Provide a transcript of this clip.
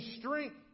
strength